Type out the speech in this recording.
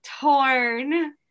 torn